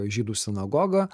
žydų sinagoga